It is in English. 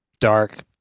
dark